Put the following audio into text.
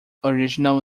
original